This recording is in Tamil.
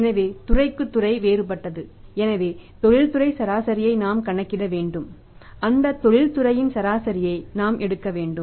எனவே துறைக்கு துறைக்கு வேறுபட்டது எனவே தொழில்துறை சராசரியை நாம் கண்டுபிடிக்க வேண்டும் அந்தந்த தொழில்துறையின் சராசரியை நாம் எடுக்க வேண்டும்